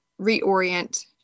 reorient